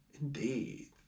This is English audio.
indeed